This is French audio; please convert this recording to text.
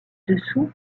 dessous